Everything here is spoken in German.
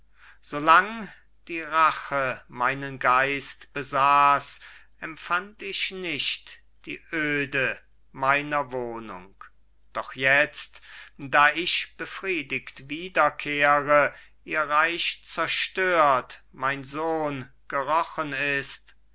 lang die rache meinen geist besaß empfand ich nicht die öde meiner wohnung doch jetzt da ich befriedigt wiederkehre ihr reich zerstört mein sohn gerochen ist